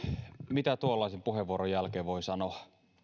mitä tuollaisen puheenvuoron jälkeen voi sanoa